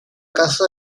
casa